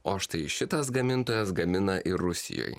o štai šitas gamintojas gamina ir rusijoj